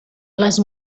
les